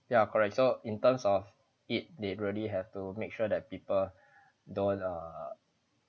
ya correct so in terms of it they really have to make sure that people don't uh